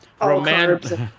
romantic